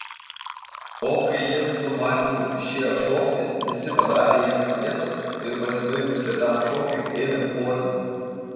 o kai ji su martenu išėjo šokti visi padarė jiems vietos ir pasibaigus lėtam šokiui ėmė ploti